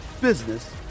business